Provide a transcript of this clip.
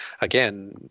again